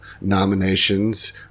nominations